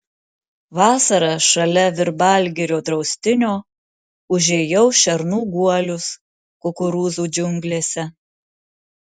vasarą šalia virbalgirio draustinio užėjau šernų guolius kukurūzų džiunglėse